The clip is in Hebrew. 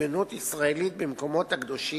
לריבונות ישראלית במקומות הקדושים,